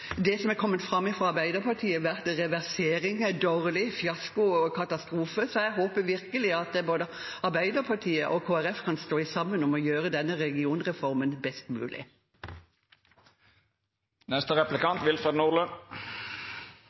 kommet fram fra Arbeiderpartiet, vært at reversering er dårlig, fiasko og katastrofe, så jeg håper virkelig at både Arbeiderpartiet og Kristelig Folkeparti kan stå sammen om å gjøre denne regionreformen best